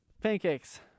Pancakes